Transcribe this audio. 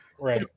Right